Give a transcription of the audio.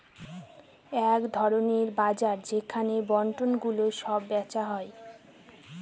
এক ধরনের বাজার যেখানে বন্ডগুলো সব বেচা হয়